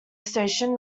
station